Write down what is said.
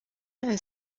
and